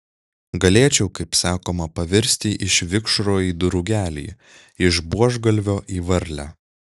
galėčiau kaip sakoma pavirsti iš vikšro į drugelį iš buožgalvio į varlę